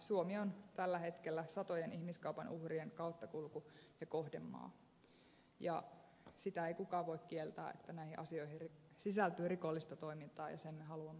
suomi on tällä hetkellä satojen ihmiskaupan uhrien kauttakulku ja kohdemaa ja sitä ei kukaan voi kieltää että näihin asioihin sisältyy rikollista toimintaa ja sen me haluamme karsia pois